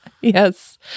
Yes